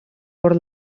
por